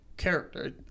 character